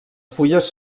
fulles